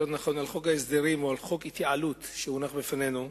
יותר נכון על חוק ההסדרים או על חוק ההתייעלות שמונח בפנינו,